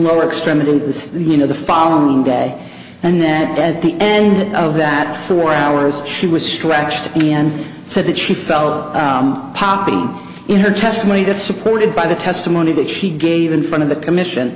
lower extremity the you know the following day and then at the end of that four hours she was stretched and said that she felt poppy in her testimony that supported by the testimony that she gave in front of the commission